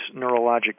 neurologic